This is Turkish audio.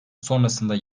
sonrasında